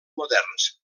moderns